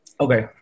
Okay